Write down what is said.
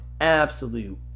absolute